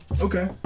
okay